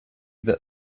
that